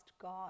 God